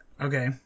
Okay